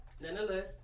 nonetheless